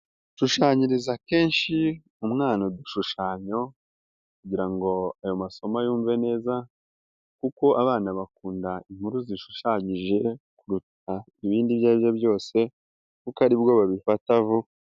Shushanyiriza kenshi umwana udushushanyo kugira ngo ayo masomo yumve neza kuko abana bakunda inkuru zishushanyije, kuruta ibindi ibyo ari byo byose kuko aribwo babifata vuba.